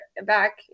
back